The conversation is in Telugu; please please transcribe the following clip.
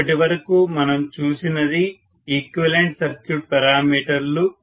ఇప్పటివరకు మనం చూసినది ఈక్వివలెంట్ సర్క్యూట్ పెరామీటర్లు